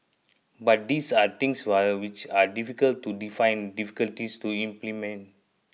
but these are things which are difficult to define difficulties to implement